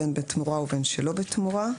בין בתמורה ובין שלא בתמורה.